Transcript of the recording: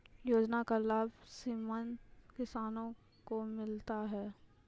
योजना का लाभ सीमांत किसानों को मिलता हैं?